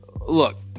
look